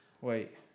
Wait